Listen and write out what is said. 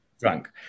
drunk